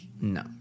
No